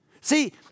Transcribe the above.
See